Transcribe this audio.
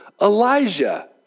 Elijah